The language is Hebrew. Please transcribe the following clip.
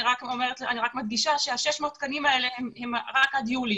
אני רק מדגישה ש-600 התקנים האלה הם עד יולי,